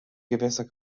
gewässer